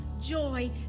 joy